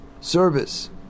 service